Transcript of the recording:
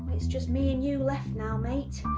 it's just me and you left now mate.